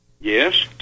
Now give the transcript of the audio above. Yes